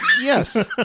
Yes